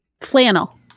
Flannel